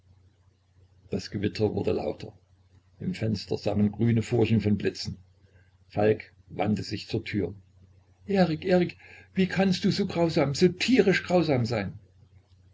das gewitter wurde lauter im fenster sah man grüne furchen von blitzen falk wandte sich zur tür erik erik wie kannst du so grausam so tierisch grausam sein